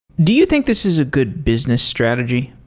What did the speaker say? do you think this is a good business strategy?